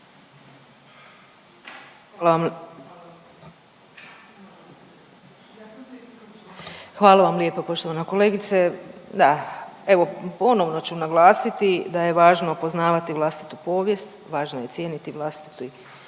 Hvala vam lijepa poštovana kolegice. Da, evo ponovno ću naglasiti da je važno poznavati vlastitu povijest, važno je cijeniti vlastitu baštinu